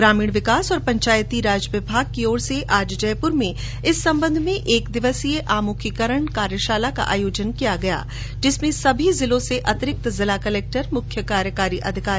ग्रामीण विकास और पंचायतीराज विभाग की ओर से आज जयप्र में इस संबंध में एक दिवसीय आमुखीकरण कार्यशाला का आयोजन किया गया जिसमें सभी जिलों से अतिरिक्त जिला कलेक्टर मुख्य कार्यकारी अधिकारी और उप जिला कलेक्टरों ने भाग लिया